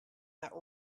that